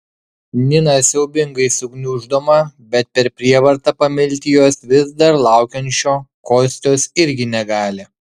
nina siaubingai sugniuždoma bet per prievartą pamilti jos vis dar laukiančio kostios irgi negali